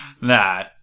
Nah